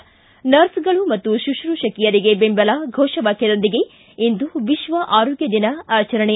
ಿ ನರ್ಸ್ಗಳು ಮತ್ತು ಶುಶ್ರೂಷಕಿಯರಿಗೆ ಬೆಂಬಲ ಫೋಷ ವಾಕ್ಯದೊಂದಿಗೆ ಇಂದು ವಿಶ್ವ ಆರೋಗ್ಯ ದಿನ ಆಚರಣೆ